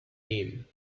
name